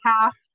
half